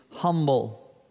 humble